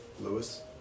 Lewis